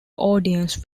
audience